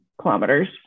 kilometers